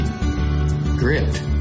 grit